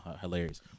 Hilarious